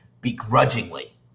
begrudgingly